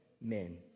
men